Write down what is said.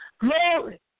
Glory